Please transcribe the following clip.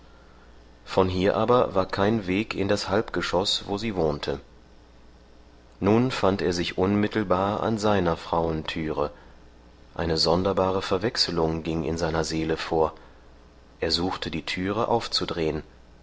von hier aber war kein weg in das halbgeschoß wo sie wohnte nun fand er sich unmittelbar an seiner frauen türe eine sonderbare verwechselung ging in seiner seele vor er suchte die türe aufzudrehen